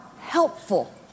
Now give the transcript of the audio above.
helpful